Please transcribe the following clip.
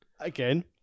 Again